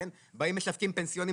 באים ומשווקים פנסיות,